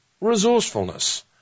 resourcefulness